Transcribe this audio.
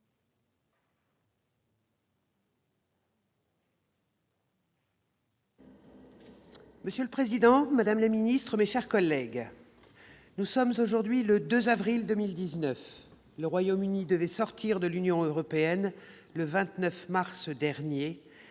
Monsieur le président, madame la secrétaire d'État, mes chers collègues, nous sommes aujourd'hui le 2 avril 2019. Le Royaume-Uni devait sortir de l'Union européenne le 29 mars dernier.